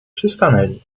przystanęli